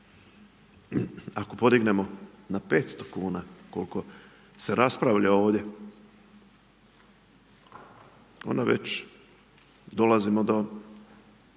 Ako podignemo na 500 kuna, koliko se raspravlja ovdje, onda već dolazimo do